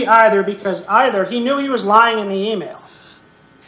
be either because either he knew he was lying in the e mail